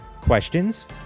Questions